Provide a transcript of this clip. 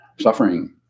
suffering